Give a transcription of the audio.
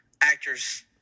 actors